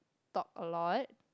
talk a lot